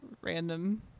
random